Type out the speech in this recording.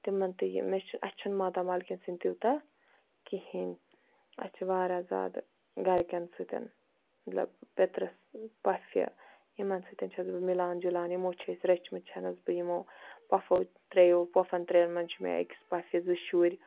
تِمَن تہِ یہِ اَسہِ چھُنہٕ ماتامالکٮ۪ن سۭتۍ تیوٗتاہ کِہیٖنۍ اَسہِ چھُ واریاہ زیادٕ گَرکٮ۪ن سۭتۍ مَطلَب پیٚترَس پۄفہِ یِمَن سۭتۍ چھَس بہٕ مِلان جُلان یِمو چھِ أسۍ رٔچھمٕتۍ چھَنَس بہٕ یِمو پۄفو ترٛیو پۄفَن ترٛٮ۪ن مَنٛز چھِ مےٚ أکِس پۄفہِ زٕ شُرۍ